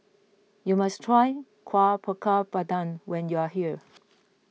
you must try Kueh Bakar Pandan when you are here